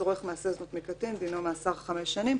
הצורך מעשה זנות מקטין דינו מאסר חמש שנים".